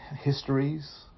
histories